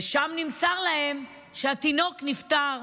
ושם נמסר להם שהתינוק נפטר.